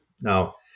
Now